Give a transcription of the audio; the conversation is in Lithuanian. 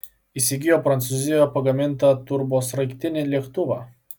įsigijo prancūzijoje pagamintą turbosraigtinį lėktuvą